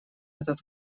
этот